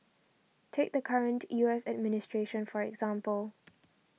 take the current U S administration for example